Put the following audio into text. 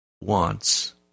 wants